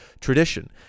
tradition